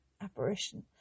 apparition